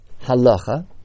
halacha